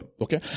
Okay